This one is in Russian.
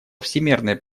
всемерной